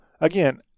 again